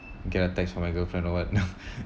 get a text from my girlfriend or what no